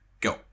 go